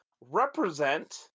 represent